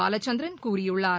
பாலச்சந்திரன் கூறியுள்ளார்